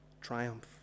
triumph